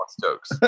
jokes